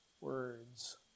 words